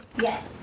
Yes